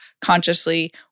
consciously